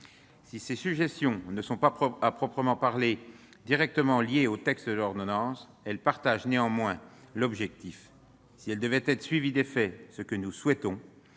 Si ces suggestions ne sont pas à proprement parler directement liées au texte de l'ordonnance, elles s'inscrivent néanmoins dans la même perspective. Si elles devaient être suivies d'effets, ce que nous souhaitons,